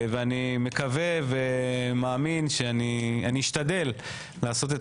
אני מקווה ומאמין ואני אשתדל לעשות את